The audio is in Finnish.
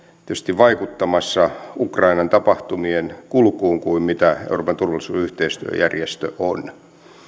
tietysti vaikuttamassa ukrainan tapahtumien kulkuun kuin mitä euroopan turvallisuus ja yhteistyöjärjestö on